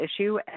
issue